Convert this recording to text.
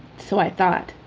so i thought